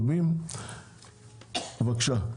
בבקשה,